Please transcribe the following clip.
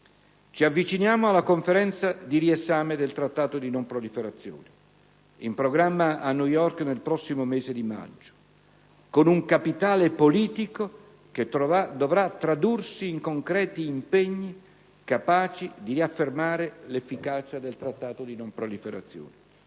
Ci avviciniamo alla Conferenza di riesame del Trattato di non proliferazione, in programma a New York nel prossimo mese di maggio, con un capitale politico che dovrà tradursi in concreti impegni capaci di affermare l'efficacia del Trattato di non proliferazione